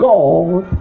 God